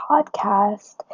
podcast